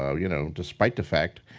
ah you know despite the fact,